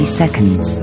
seconds